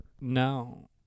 No